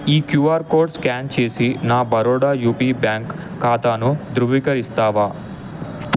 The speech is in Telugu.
ఈ క్యూఆర్ కోడ్ స్క్యాన్ చేసి నా బరోడా యూపీ బ్యాంక్ ఖాతాను ధృవీకరిస్తావా